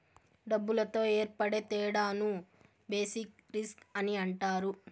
డబ్బులతో ఏర్పడే తేడాను బేసిక్ రిస్క్ అని అంటారు